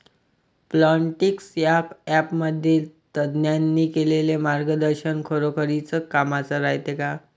Plantix या ॲपमधील तज्ज्ञांनी केलेली मार्गदर्शन खरोखरीच कामाचं रायते का?